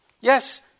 Yes